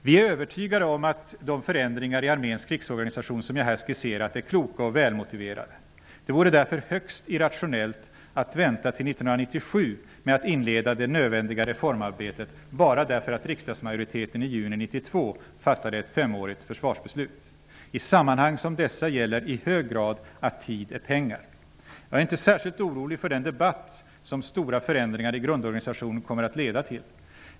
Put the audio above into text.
Vi är övertygade om att de förändringar i arméns krigsorganisation som jag här skisserat är kloka och välmotiverade. Det vore därför högst irrationellt att vänta till 1997 med att inleda det nödvändiga reformarbetet bara därför att riksdagsmajoriteten i juni 1992 fattade ett femårigt försvarsbeslut. I sammanhang som dessa gäller i hög grad att tid är pengar. Jag är inte särskilt orolig för den debatt som de stora förändringarna i grundorganisationen kommer att leda till.